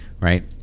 right